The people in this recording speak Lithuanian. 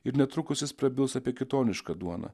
ir netrukus jis prabils apie kitonišką duoną